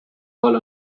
voll